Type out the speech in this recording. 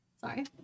Sorry